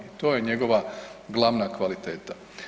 To je njegova glavna kvaliteta.